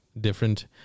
different